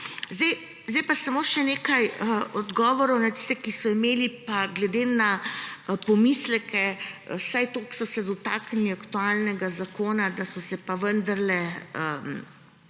Zdaj pa samo še nekaj odgovorov za tiste, ki pa so se glede na pomisleke vsaj toliko dotaknili aktualnega zakona, da so pa vendarle